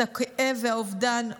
את הכאב והאובדן,